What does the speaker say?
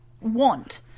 want